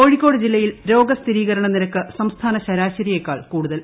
കോഴിക്കോട് ജില്ലയിൽ രോഗസ്ഥിരീകരണ നിരക്ക് സംസ്ഥാന ശരാശരിയെക്കാൾ കൂടുതൽ